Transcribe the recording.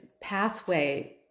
pathway